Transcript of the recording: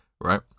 right